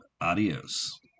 adios